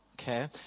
Okay